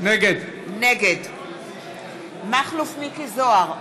נגד מכלוף מיקי זוהר,